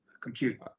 compute